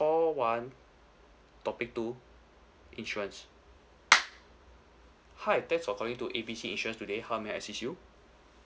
call one topic two insurance hi thanks for calling to A B C insurance today how may I assist you